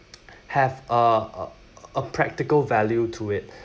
have a uh a practical value to it